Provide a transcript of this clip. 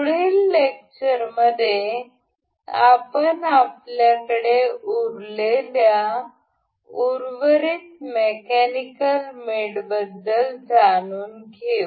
पुढील लेक्चरमध्ये आपण आपल्याकडे उरलेल्या उर्वरित मेकॅनिकल मेटबद्दल जाणून घेऊ